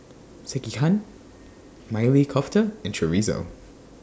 Sekihan Maili Kofta and Chorizo